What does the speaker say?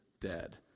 dead